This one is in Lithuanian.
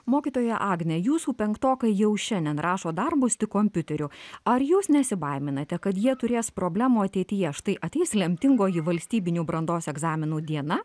mokytoja agne jūsų penktokai jau šiandien rašo darbus tik kompiuteriu ar jūs nesibaiminate kad jie turės problemų ateityje štai ateis lemtingoji valstybinių brandos egzaminų diena